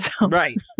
Right